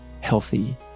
healthy